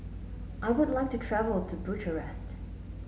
I would like to travel to Bucharest